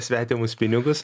svetimus pinigus